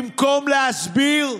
במקום להסביר.